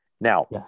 Now